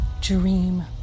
dream